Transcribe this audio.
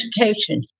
education